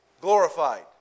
glorified